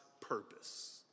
purpose